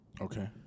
okay